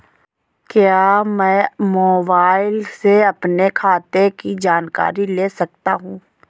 क्या मैं मोबाइल से अपने खाते की जानकारी ले सकता हूँ?